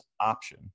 option